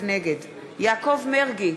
נגד יעקב מרגי,